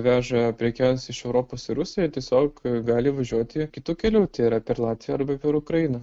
veža prekes iš europos į rusiją tiesiog gali važiuoti kitu keliu tai yra per latviją arba per ukrainą